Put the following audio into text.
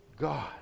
God